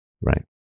right